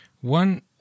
One